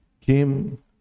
came